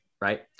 right